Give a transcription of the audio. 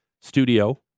Studio